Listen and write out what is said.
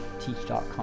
teach.com